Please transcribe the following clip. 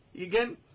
again